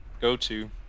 go-to